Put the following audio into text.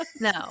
No